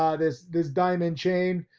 ah this this diamond chain,